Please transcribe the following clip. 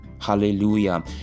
hallelujah